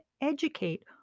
educate